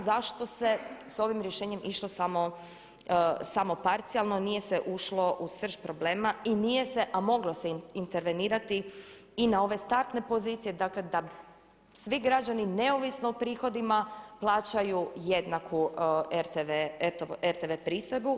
Zašto se s ovim rješenjem išlo samo parcijalno, nije se ušlo u srž problema i nije se a moglo se intervenirati i na ove startne pozicije dakle da svi građani neovisno o prihodima plaćaju jednaku RTV pristojbu.